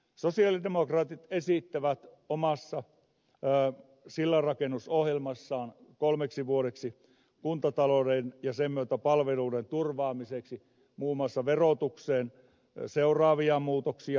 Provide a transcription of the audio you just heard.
sosialidemokraatit esittävät omassa sillanrakennusohjelmassaan kolmeksi vuodeksi kuntatalouden ja sen myötä palveluiden turvaamiseksi muun muassa verotukseen seuraavia muutoksia